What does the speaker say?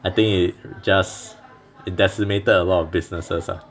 I think it just it decimated a lot of businesses ah